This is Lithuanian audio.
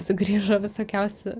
sugrįžo visokiausi